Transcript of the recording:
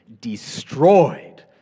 destroyed